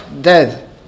dead